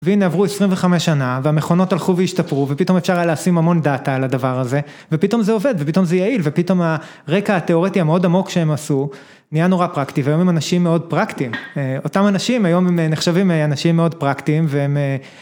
והנה עברו 25 שנה והמכונות הלכו והשתפרו ופתאום אפשר היה להשים המון דאטה על הדבר הזה ופתאום זה עובד ופתאום זה יעיל ופתאום הרקע התיאורטי המאוד עמוק שהם עשו נהיה נורא פרקטי והיום הם אנשים מאוד פרקטיים, אותם אנשים היום הם נחשבים אנשים מאוד פרקטיים והם